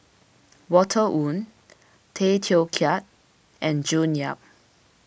Walter Woon Tay Teow Kiat and June Yap